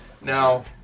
Now